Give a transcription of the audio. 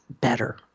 better